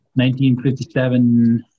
1957